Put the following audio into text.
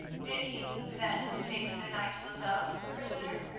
did he, then, take the knight lozelle prisoner?